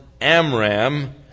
Amram